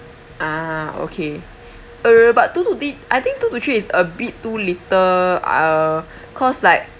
ah okay uh but two dis~ I think two to three is a bit too little uh cause like